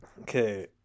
okay